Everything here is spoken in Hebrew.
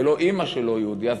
ואימא שלו לא יהודייה,